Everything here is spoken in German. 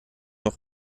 noch